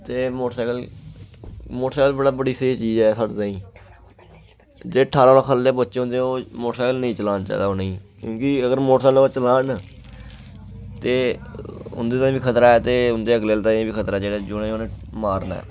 ते motorcycle motorcycle बड़ा बड़ी स्हेई चीज़ ऐ साढ़े ताईं जेह्ड़े ठारां कोला ख'ल्ले दे बच्चे होंदे ओह् मोटरसैकल नेईं चलाना चाहिदा उ'नेंगी क्योंकि अगर मोटरसैकल ओह् चलान न ते उं'दे ताईं बी खतरा ऐ ते उ'दे अगले आह्लें ताईं बी खतरा ऐ जेह्ड़ा जिनें उनें मारना ऐ